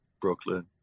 Brooklyn